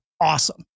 awesome